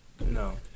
No